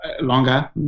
longer